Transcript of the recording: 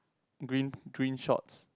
green green shorts